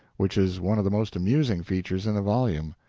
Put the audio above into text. which is one of the most amusing features in the volume.